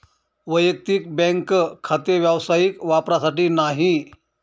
वैयक्तिक बँक खाते व्यावसायिक वापरासाठी नाही